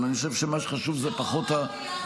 אבל אני חושב שמה שחשוב הוא פחות הדברים,